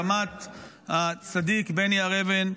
הקמ"ט הצדיק בני הר אבן,